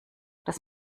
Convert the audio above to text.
das